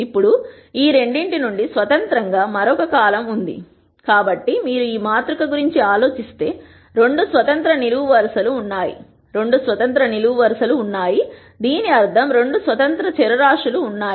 ఇప్పుడు ఈ రెండింటి నుండి స్వతంత్రంగా ఉన్న మరొక కాలమ్ ఉంది కాబట్టి మీరు ఈ మాతృక గురించి ఆలోచిస్తే 2 స్వతంత్ర నిలువు వరుసలు ఉన్నాయి దీని అర్థం 2 స్వతంత్ర చరరాశులు ఉన్నాయి